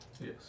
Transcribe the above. Yes